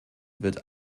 wird